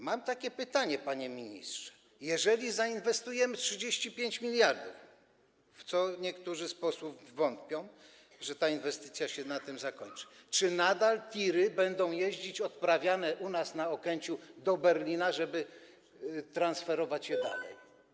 Mam takie pytanie, panie ministrze: Jeżeli zainwestujemy 35 mld, a niektórzy z posłów wątpią, że ta inwestycja się na tym zakończy, to czy nadal TIR-y będą jeździć odprawiane u nas na Okęciu do Berlina, żeby transferować je dalej?